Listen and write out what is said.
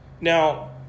Now